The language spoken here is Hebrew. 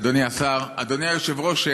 אדוני השר, אדוני היושב-ראש,